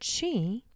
chi